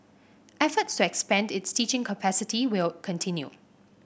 efforts to expand its teaching capacity will continue